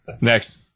Next